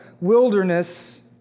wilderness